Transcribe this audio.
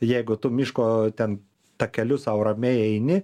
jeigu tu miško ten takeliu sau ramiai eini